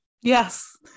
Yes